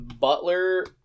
Butler